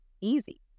easy